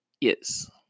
Yes